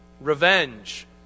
Revenge